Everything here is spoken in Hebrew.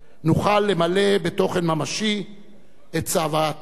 נוכל למלא בתוכן ממשי את צוואתו